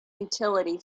utility